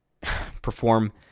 perform